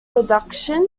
reduction